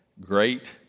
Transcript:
great